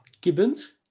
Gibbons